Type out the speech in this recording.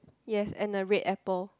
yes and a red apple